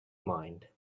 mind